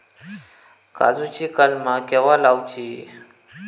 काजुची कलमा केव्हा लावची?